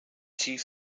chief